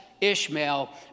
Ishmael